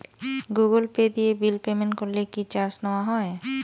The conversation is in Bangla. গুগল পে দিয়ে বিল পেমেন্ট করলে কি চার্জ নেওয়া হয়?